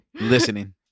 listening